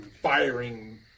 firing